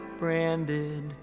branded